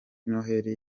noheli